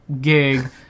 gig